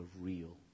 real